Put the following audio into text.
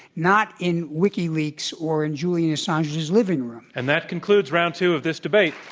not in wikileaks or in julian assange's living room. and that concludes round two of this debate.